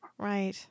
Right